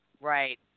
Right